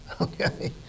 Okay